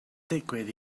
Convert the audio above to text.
digwydd